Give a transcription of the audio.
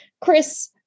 Chris